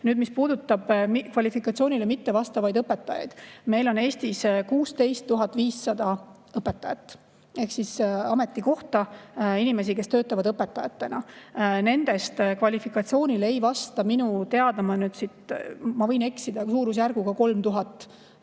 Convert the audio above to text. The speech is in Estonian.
Mis puudutab kvalifikatsioonile mittevastavaid õpetajaid, meil on Eestis 16 500 õpetaja ametikohta ehk nii palju inimesi, kes töötavad õpetajatena. Nendest kvalifikatsioonile ei vasta minu teada, ma nüüd võin eksida, aga suurusjärgus 3000 õpetajat.